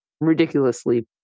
ridiculously